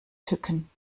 tücken